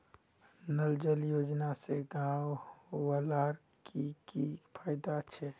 नल जल योजना से गाँव वालार की की फायदा छे?